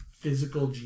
physical